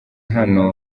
hano